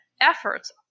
efforts